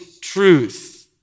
truth